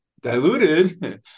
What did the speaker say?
diluted